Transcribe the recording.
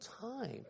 time